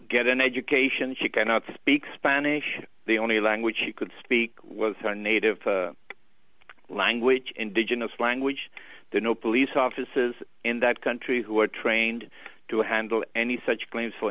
get an education she cannot speak spanish the only language she could speak was her native language indigenous language there are no police offices in that country who were trained to handle any such claims for